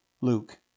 Luke